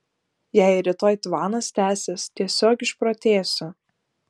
jei ir rytoj tvanas tęsis tiesiog išprotėsiu